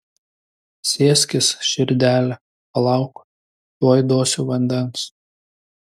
sėskis širdele palauk tuoj duosiu vandens